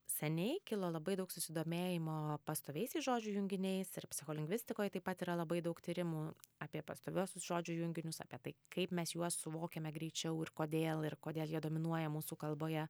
seniai kilo labai daug susidomėjimo pastoviaisiais žodžių junginiais ir psicholingvistikoj taip pat yra labai daug tyrimų apie pastoviuosius žodžių junginius apie tai kaip mes juos suvokiame greičiau ir kodėl ir kodėl jie dominuoja mūsų kalboje